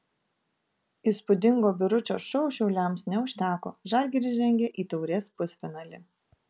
įspūdingo biručio šou šiauliams neužteko žalgiris žengė į taurės pusfinalį